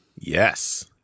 Yes